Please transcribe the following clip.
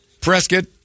Prescott